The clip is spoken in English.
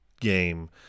game